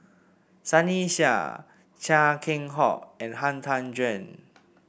Sunny Sia Chia Keng Hock and Han Tan Juan